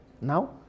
Now